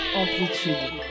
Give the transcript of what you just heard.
amplitude